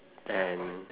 than